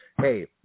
hey